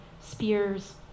spears